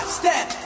step